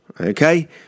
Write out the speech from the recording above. Okay